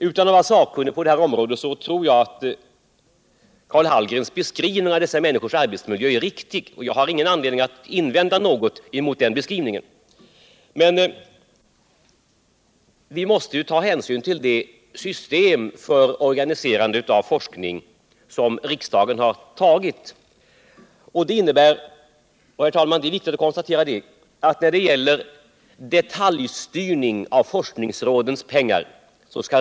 Utan att vara sakkunnig på det här området tror jag att Karl Hallgrens beskrivning av dessa människors arbetsmiljö är riktig. Jag har ingen anledning att invända något mot den beskrivningen, men vi måste ta hänsyn till det system för organiserande av forskning som riksdagen har beslutat om. Det innebär - det är viktigt att notera — att riksdagen inte skall lägga sig i detaljstyrningen av forskningsrådens pengar.